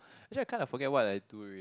actually I kind of forget what I do already